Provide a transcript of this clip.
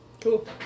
Cool